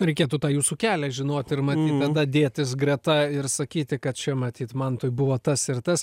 reikėtų tą jūsų kelią žinoti ir matyt tada dėtis greta ir sakyti kad čia matyt mantui buvo tas ir tas